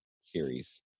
series